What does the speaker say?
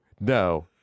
No